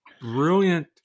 brilliant